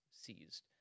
seized